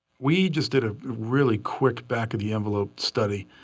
we just did a really quick back-of-the-envelope study,